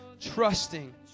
trusting